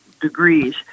degrees